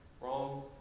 wrong